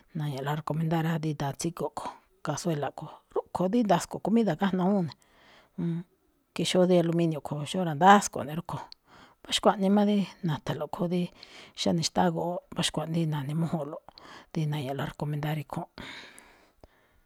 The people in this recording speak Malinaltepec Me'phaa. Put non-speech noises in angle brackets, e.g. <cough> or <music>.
Na̱ña̱ꞌlaꞌ recomendar rá, dí daan tsígo̱ꞌ kho̱, cazuela kho̱, rúꞌkho̱ rí ndasko̱ꞌ comida gájnuu awúun, nn, ke xóo dí al <hesitation> inio kho̱. Xóo ra̱ndásko̱ꞌ ne̱ rúꞌkho̱. Mbá xkuaꞌnii má dí na̱tha̱nlo̱ꞌ khúún dí xáne xtáá goꞌwóꞌ, mbá xkuaꞌnii na̱ne̱mújúnꞌlo̱ꞌ, dí na̱ña̱ꞌlaꞌ recomendar ikhúúnꞌ.